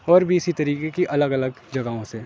اور بھی اسی طریقے کی الگ الگ جگہوں سے